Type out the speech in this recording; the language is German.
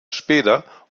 später